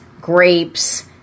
grapes